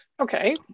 Okay